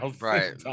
right